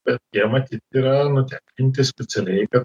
bet jie matyt yra nutekinti specialiai kad